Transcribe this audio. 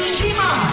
Shima